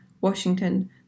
Washington